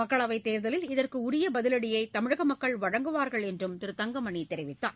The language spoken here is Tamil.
மக்களவைத் தேர்தலில் இதற்கு உரிய பதிலடியை தமிழக மக்கள் வழங்குவார்கள் என்றும் திரு தங்கமணி தெரிவித்தார்